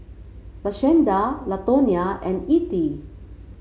Lashanda Latonya and Ethie